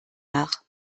nach